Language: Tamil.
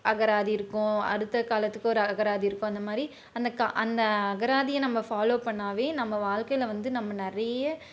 அகராதி இருக்கும் அடுத்த காலத்துக்கு ஒரு அகராதி இருக்கும் அந்த மாதிரி அந்த க அந்த அகராதியை நம்ம ஃபாலோ பண்ணிணாவே நம்ம வாழ்க்கையில் வந்து நம்ம நிறைய